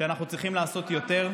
שאנחנו צריכים לעשות יותר,